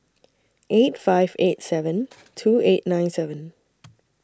eight five eight seven two eight nine seven